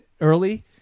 early